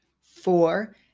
four